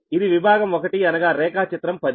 ఇది విభాగం ఒకటి అనగా రేఖాచిత్రం 10